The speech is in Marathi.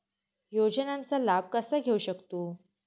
योजनांचा लाभ कसा घेऊ शकतू?